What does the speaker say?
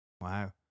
Wow